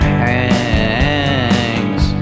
hangs